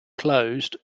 closed